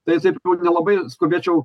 tai taip nelabai skubėčiau